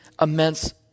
immense